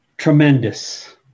Tremendous